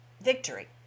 victory